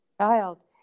child